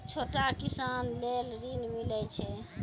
छोटा किसान लेल ॠन मिलय छै?